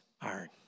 iron